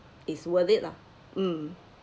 it's worth it lah um